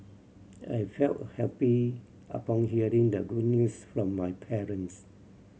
I felt happy upon hearing the good news from my parents